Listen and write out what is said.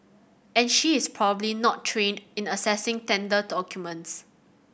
and she is probably not trained in assessing tender documents